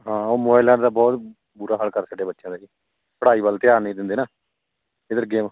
ਹਾਂ ਉਹ ਮੋਬਾਇਲਾਂ ਦਾ ਬਹੁਤ ਬੁਰਾ ਹਾਲ ਕਰ ਛੱਡਿਆ ਬੱਚਿਆਂ ਦਾ ਜੀ ਪੜ੍ਹਾਈ ਵੱਲ ਧਿਆਨ ਨਹੀਂ ਦਿੰਦੇ ਨਾ ਇੱਧਰ ਗੇਮ